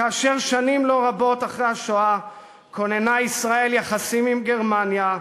כאשר שנים לא רבות אחרי השואה כוננה ישראל יחסים עם גרמניה,